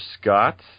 Scott